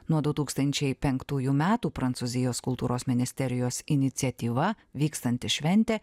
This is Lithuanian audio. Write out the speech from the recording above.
nuo du tūkstančiai penktųjų metų prancūzijos kultūros ministerijos iniciatyva vykstanti šventė